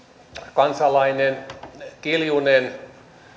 kansalainen kiljunen